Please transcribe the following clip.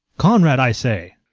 conrade, i say!